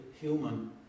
human